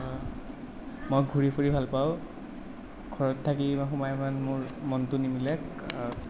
মই ঘূৰি ফুৰি ভাল পাওঁ ঘৰত থাকি সোমাই ইমান মোৰ মনটো নিমিলে